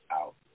out